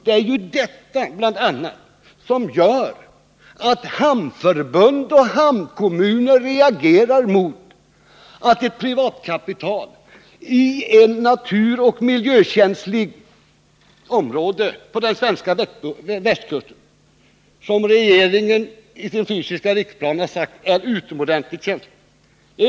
Det är ju bl.a. detta som har gjort att Hamnförbundet och hamnkommuner har reagerat mot att en privat hamn får ligga i ett naturoch miljökänsligt område på den svenska västkusten, som regeringen i sin fysiska riksplanering har sagt är utomordentligt känsligt.